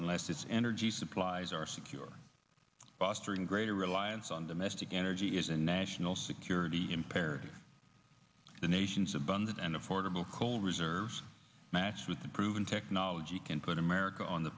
unless its energy supplies are secure fostering greater reliance on domestic energy is a national security imperative the nation's abundant and affordable coal reserves matched with a proven technology can put america on the